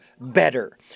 better